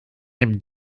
dem